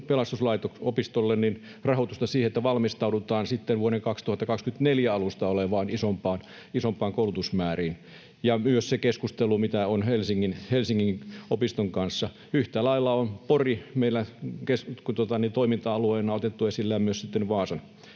Pelastusopistolle rahoitusta siihen, että valmistaudutaan vuoden 2024 alusta oleviin isompiin koulutusmääriin, ja myös se keskustelu, mitä on Helsingin opiston kanssa. Yhtä lailla on Pori meillä toiminta-alueena otettu esille ja myös sitten